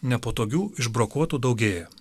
nepatogių išbrokuotų daugėja